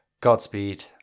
Godspeed